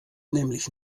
nämlich